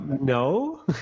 no